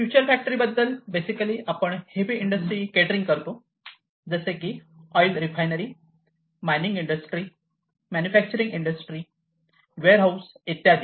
future factory बद्दल basically आपण heavy industry catering करतो जसे की oil refinery mining industry manufacturing industry warehouse इत्यादी